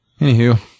Anywho